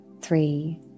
three